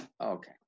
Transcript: Okay